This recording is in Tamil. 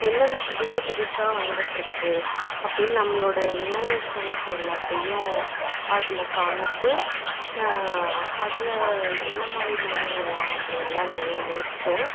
என்னென்ன புதுசு புதுசாக வந்துட்டுருக்கு அப்படின்னு நம்மளோட இந்நோவேஷன்ஸ் எல்லாத்தையும் அதில் காமிச்சு ஏன் அதில் என்ன மாதிரி முன்னேறலாம் அப்படின்னுலாம் நிறைய யோசிச்சேன்